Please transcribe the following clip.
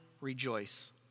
rejoice